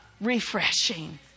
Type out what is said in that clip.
refreshing